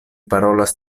parolas